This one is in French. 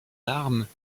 armes